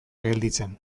gelditzen